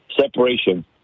separation